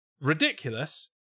ridiculous